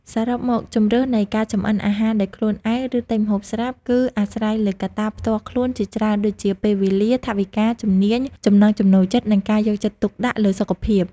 សរុបមក ជម្រើសនៃការចម្អិនអាហារដោយខ្លួនឯង ឬទិញម្ហូបស្រាប់ គឺអាស្រ័យលើកត្តាផ្ទាល់ខ្លួនជាច្រើនដូចជា ពេលវេលា ថវិកា ជំនាញ ចំណង់ចំណូលចិត្ត និងការយកចិត្តទុកដាក់លើសុខភាព។